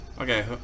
Okay